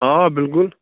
آ بِلکُل